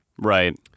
right